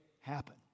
happen